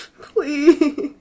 Please